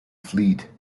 fleet